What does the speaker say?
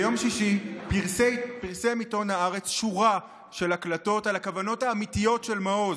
ביום שיש פרסם עיתון הארץ שורה של הקלטות על הכוונות האמיתיות של מעוז,